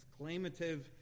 exclamative